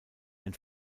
ein